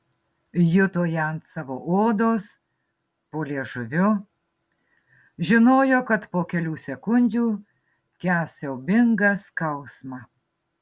juto ją ant savo odos po liežuviu žinojo kad po kelių sekundžių kęs siaubingą skausmą